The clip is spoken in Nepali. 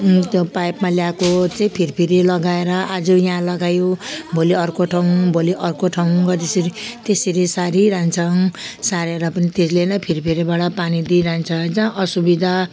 त्यो पाइपमा ल्याएको चाहिँ फिरफिरे लगाएर आज यहाँ लगायो भोलि अर्को ठाउँ भोलि अर्को ठाउँ हो त्यसरी त्यसरी सारिरहन्छौँ सारेर पनि त्यसले नै फिरफिरेबाट पानी दिइरहन्छ जहाँ असुविधा